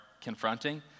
confronting